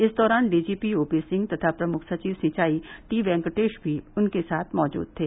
इस दौरान DGP OP Singh तथा प्रमुख सचिव सिंचाई टी वेंकटेश भी उनके साथ मौजूद थे